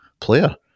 player